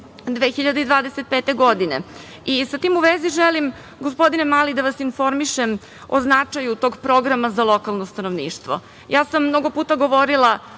2025. godine. Sa tim u vezi, želim, gospodine mali da vas informišem o značaju tog programa za lokalno stanovništvo. Ja sam mnogo puta govorila